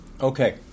Okay